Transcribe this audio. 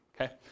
okay